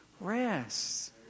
rest